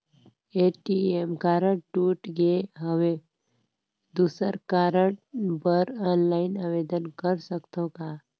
ATM card टूट गे हववं दुसर कारड बर ऑनलाइन आवेदन कर सकथव का?